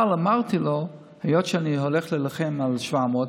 אבל אמרתי לו: היות שאני הולך להילחם על 700,